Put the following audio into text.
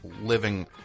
living